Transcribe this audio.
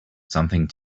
something